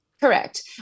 Correct